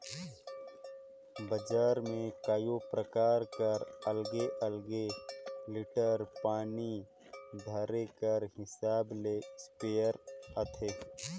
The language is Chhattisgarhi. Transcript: बजार में कइयो परकार कर अलगे अलगे लीटर पानी धरे कर हिसाब ले इस्पेयर आथे